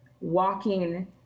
walking